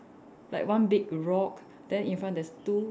like one big rock then in front there's two